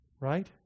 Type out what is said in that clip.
right